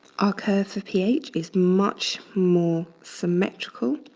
our curve for ph is much more symmetrical.